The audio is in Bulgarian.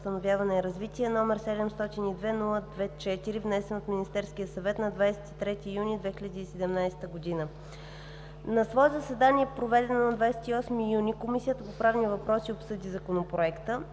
за възстановяване и развитие, № 702-02-4, внесен от Министерски съвет на 23 юни 2017 г. На свое заседание, проведено на 28 юни 2017 г., Комисията по правни въпроси обсъди Законопроекта.